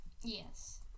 Yes